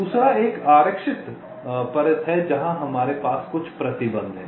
दूसरा एक आरक्षित परत है जहां हमारे पास कुछ प्रतिबंध हैं